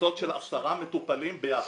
בקבוצות של 10 מטופלים ביחד.